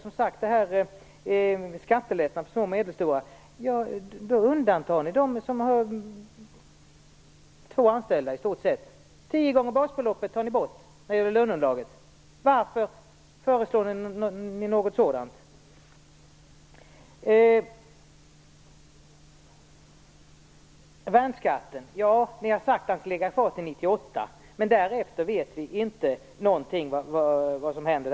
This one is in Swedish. Ni vill i skattelättnadsförslaget undanta de minsta företagen som i stort sett bara har två anställda. Ni vill ta bort tio gånger basbeloppet när det gäller löneunderlaget. Varför föreslår ni något sådant? Ni har sagt att värnskatten skall finnas kvar under 1998. Men därefter vet ni inte någonting om vad som händer.